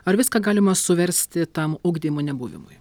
ar viską galima suversti tam ugdymo nebuvimui